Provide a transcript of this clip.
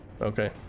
Okay